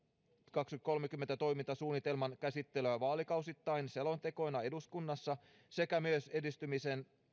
kaksituhattakolmekymmentä toimintasuunnitelman käsittelyä vaalikausittain selontekoina eduskunnassa sekä myös edistymisen